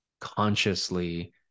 consciously